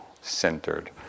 centered